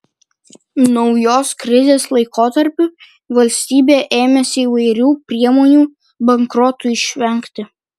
naujos krizės laikotarpiu valstybė ėmėsi įvairių priemonių bankrotui išvengti